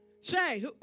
Shay